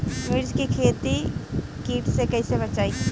मिर्च के खेती कीट से कइसे बचाई?